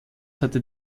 hatte